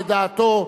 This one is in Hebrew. לדעתו,